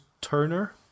Turner